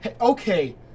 Okay